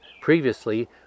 previously